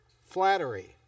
flattery